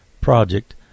project